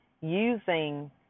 using